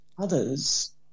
others